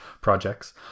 projects